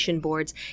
Boards